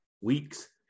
weeks